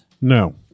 No